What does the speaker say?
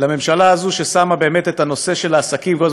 זו המשמעות של הרגולציה שעוברת פה,